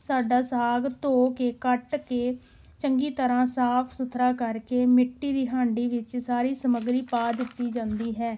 ਸਾਡਾ ਸਾਗ ਧੋ ਕੇ ਕੱਟ ਕੇ ਚੰਗੀ ਤਰ੍ਹਾਂ ਸਾਫ਼ ਸੁਥਰਾ ਕਰਕੇ ਮਿੱਟੀ ਦੀ ਹਾਂਡੀ ਵਿੱਚ ਸਾਰੀ ਸਮੱਗਰੀ ਪਾ ਦਿੱਤੀ ਜਾਂਦੀ ਹੈ